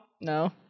No